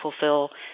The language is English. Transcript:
fulfill